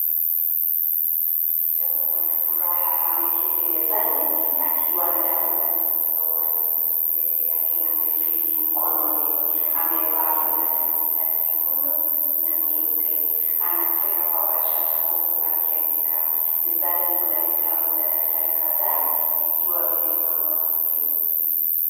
Kijana mwenye furaha ameketi mezani akiwa na daftari lililowazi mbele yake na penseli mkononi. Amevaa fulana ya mistari nyekundu na meupe. Anacheka kwa bashasha huku akiandika. Mezani Kuna vitabu na daftari kadhaa vikiwa vimepangwa pembeni.